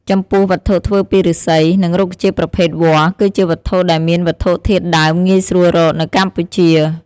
ចំពោះវត្ថុធ្វើពីឫស្សី និងរុក្ខជាតិប្រភេទវល្លិ គឺជាវត្ថុដែលមានវត្ថុធាតុដើមងាយស្រួលរកនៅកម្ពុជា។